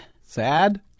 Sad